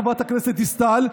חברת הכנסת דיסטל,